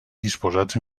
disposats